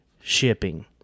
shipping